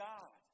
God